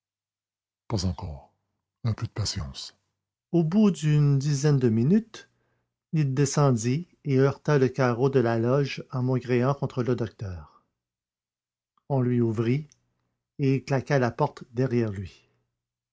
pas encore un peu de patience au bout d'une dizaine de minutes il redescendit et heurta le carreau de la loge en maugréant contre le docteur on lui ouvrit et il claqua la porte derrière lui